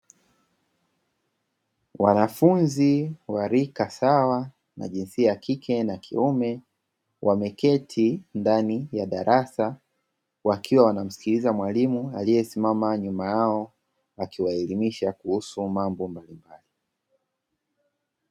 Wanafunzi wa rika sawa wa jinsia ya kike na kiume wameketi ndani ya darasa wakiwa wanamsikiliza mwalimu aliyesimama nyuma yao, akiwaelimisha kuhusu mambo mbalimbali.